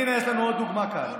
הינה, יש לנו עוד דוגמה כאן.